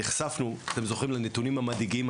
נחשפנו, אתם זוכרים, לנתונים המדאיגים.